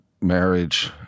marriage